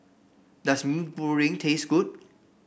does Mee Goreng taste good